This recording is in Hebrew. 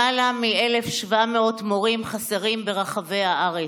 למעלה מ-1,700 מורים חסרים ברחבי הארץ.